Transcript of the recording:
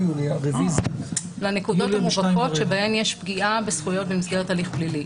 המובהקות שבהן יש פגיעה בזכויות במסגרת הליך פלילי.